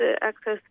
access